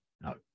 No